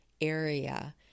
area